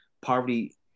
poverty